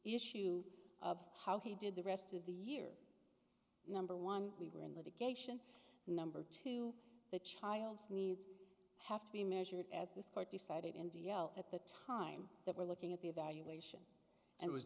issue of how he did the rest of the year number one we were in litigation number two the child's needs have to be measured as this court decided in d l at the time that we're looking at the evaluation and